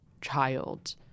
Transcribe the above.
child